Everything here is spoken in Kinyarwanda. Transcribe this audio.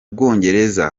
bwongereza